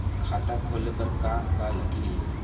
खाता खोले बर का का लगही?